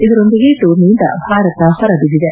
ಇದರೊಂದಿಗೆ ಟೂರ್ನಿಯಿಂದ ಭಾರತ ಹೊರಬಿದ್ದಿದೆ